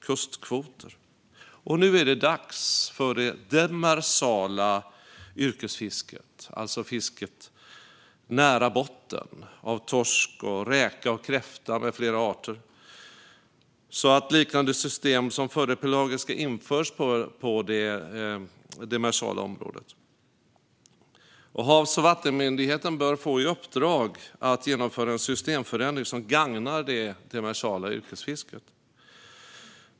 Nu är det dags att införa liknande system som för det pelagiska fisket för det demersala yrkesfisket - alltså fisket nära botten av torsk, räka, kräfta med flera arter. Havs och vattenmyndigheten bör få i uppdrag att genomföra en systemförändring som gagnar det demersala yrkesfisket.